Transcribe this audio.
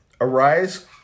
Arise